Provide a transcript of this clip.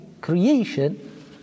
creation